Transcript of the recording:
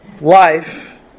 life